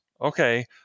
okay